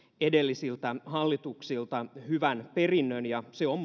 edellisiltä hallituksilta hyvän perinnön ja se on mahdollistanut